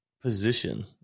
position